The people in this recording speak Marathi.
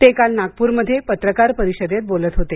ते काल नागपुरमध्ये पत्रकार परिषदेत बोलत होते